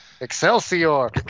Excelsior